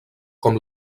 com